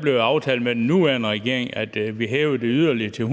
blev det aftalt med den nuværende regering, at vi hævede det yderligere til 122.000